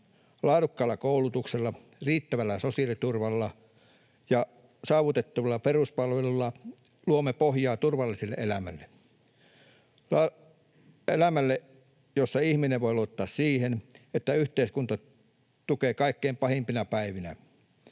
Laadukkaalla koulutuksella, riittävällä sosiaaliturvalla ja saavutettavilla peruspalveluilla luomme pohjaa turvalliselle elämälle — elämälle, jossa ihminen voi luottaa siihen, että yhteiskunta tukee kaikkein pahimpina päivinä,